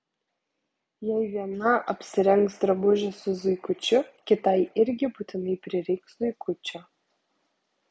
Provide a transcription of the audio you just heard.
jei viena apsirengs drabužį su zuikučiu kitai irgi būtinai prireiks zuikučio